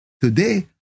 today